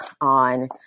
on